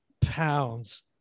pounds